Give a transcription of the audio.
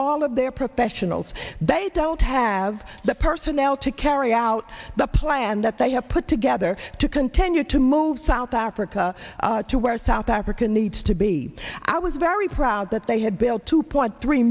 all of their professionals they don't have the personnel to carry out the plan that they have put together to continue to move south africa to where south africa needs to be i was very proud that they had built two point three